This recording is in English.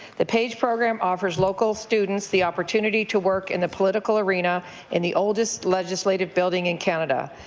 the page program offers local students the opportunity to work in the political arena in the oldest legislative building in canada.